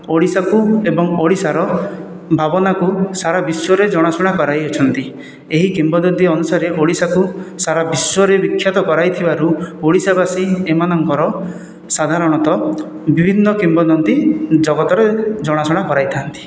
ଓଡ଼ିଶାକୁ ଏବଂ ଓଡ଼ିଶାର ଭାବନାକୁ ସାରା ବିଶ୍ୱରେ ଜଣାଶୁଣା କରିଆସିଛନ୍ତି ଏହି କିମ୍ବଦନ୍ତୀ ଅନୁସାରେ ଓଡ଼ିଶାକୁ ସାରା ବିଶ୍ୱରେ ବିଖ୍ୟାତ କରାଇଥିବାରୁ ଓଡ଼ିଶାବାସୀ ଏମାନଙ୍କର ସାଧାରଣତଃ ବିଭିନ୍ନ କିମ୍ବଦନ୍ତୀ ଜଗତରେ ଜଣାଶୁଣା କରାଇଥାନ୍ତି